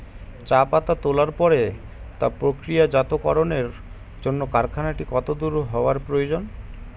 চা পাতা তোলার পরে তা প্রক্রিয়াজাতকরণের জন্য কারখানাটি কত দূর হওয়ার প্রয়োজন?